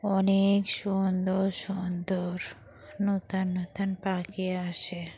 অনেক সুন্দর সুন্দর নতুন নতুন পাখি আসে